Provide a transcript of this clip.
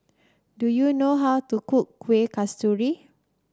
do you know how to cook Kuih Kasturi